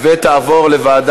נא להצביע.